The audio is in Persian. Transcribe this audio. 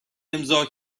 امضا